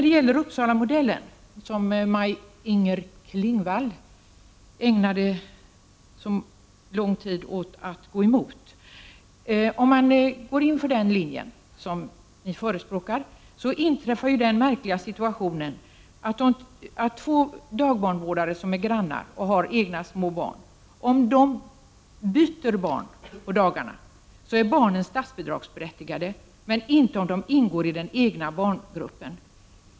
Beträffande Uppsalamodellen, som Maj-Inger Klingvall ägnade så lång tid åt att gå emot, vill jag säga följande. Om man följer den linje som socialdemokraterna förespråkar kan följande märkliga situation inträffa. Om två dagbarnvårdare som är grannar och har egna små barn byter barn på dagarna är barnen statsbidragsberättigade, men de är det inte om de ingår i den egna förälderns barngrupp.